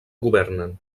governen